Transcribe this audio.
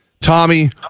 Tommy